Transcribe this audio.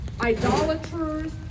idolaters